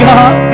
God